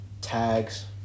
tags